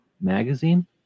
magazine